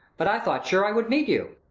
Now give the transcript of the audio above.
but i thought sure i should meet you.